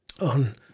on